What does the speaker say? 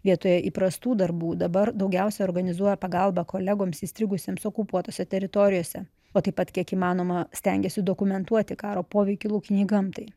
vietoje įprastų darbų dabar daugiausiai organizuoja pagalbą kolegoms įstrigusiems okupuotose teritorijose o taip pat kiek įmanoma stengiasi dokumentuoti karo poveikį laukinei gamtai